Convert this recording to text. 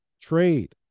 trade